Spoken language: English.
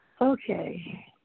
Okay